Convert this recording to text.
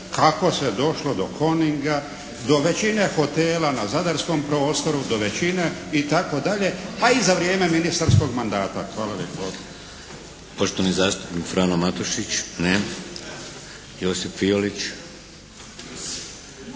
kako se došlo do "Coninga", do većine hotela na zadarskom prostoru, do većine itd., pa i za vrijeme ministarskog mandata. Hvala lijepo. **Šeks, Vladimir (HDZ)** Poštovani zastupnik Frano Matušić. Ne. Josip Fiolić.